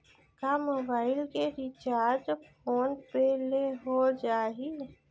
का मोबाइल के recharge PhonePe ले हो जाही?